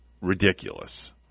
ridiculous